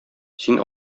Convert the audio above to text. син